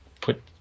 put